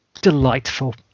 Delightful